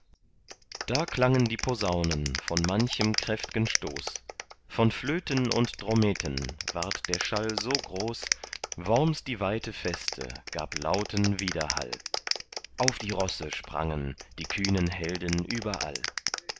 da klangen die posaunen von manchem kräftgen stoß von flöten und drommeten ward der schall so groß worms die weite feste gab lauten widerhall auf die rosse sprangen die kühnen helden überall